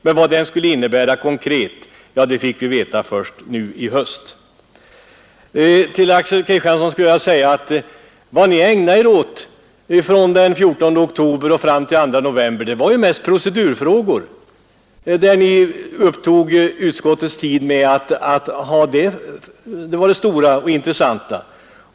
Men vad den skulle innebära konkret fick vi veta först nu i höst. Till herr Axel Kristiansson skulle jag vilja säga att vad ni ägnade er åt från den 14 oktober fram till den 2 november var mest att uppta utskottets tid med procedurfrågor. Det var det stora och intressanta.